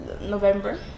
november